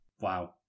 Wow